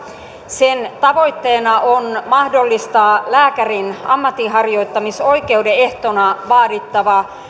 sen tavoitteena on mahdollistaa lääkärin ammatinharjoittamisoikeuden ehtona vaadittavan